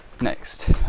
next